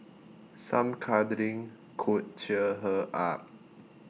some cuddling could cheer her up